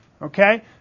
Okay